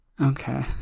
Okay